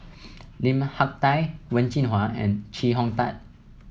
Lim Hak Tai Wen Jinhua and Chee Hong Tat